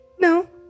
No